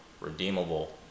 redeemable